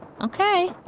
Okay